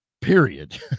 period